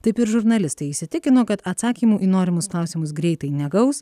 taip ir žurnalistai įsitikino kad atsakymų į norimus klausimus greitai negaus